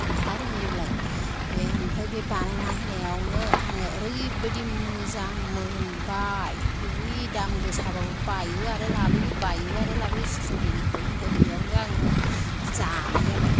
बेहा रोंगौलाय बे ओमफ्राय बे बानायना होनायावनो आं ओरैबादि मोजां मोनबाय है दाम गोसाबाबो बाइयो आरो लाबोयो बाइयो आरो लाबोयो स्ट्रबेरिखौ ओमफ्राय बेयावनो आङो जानाय जाबाय